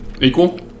Equal